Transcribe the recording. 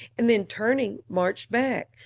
and then, turning, marched back,